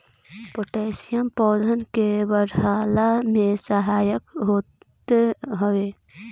potassium पौधन के बढ़ला में सहायक होत हवे